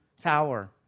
Tower